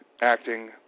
acting